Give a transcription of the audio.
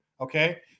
okay